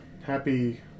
Happy